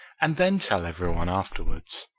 and then tell every one afterwards?